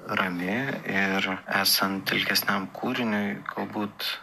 rami ir esant ilgesniam kūriniui galbūt